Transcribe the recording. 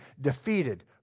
defeated